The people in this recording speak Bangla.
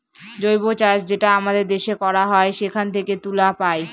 জৈব চাষ যেটা আমাদের দেশে করা হয় সেখান থেকে তুলা পায়